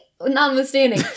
Notwithstanding